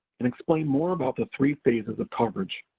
and explain more about the three phases of coverage.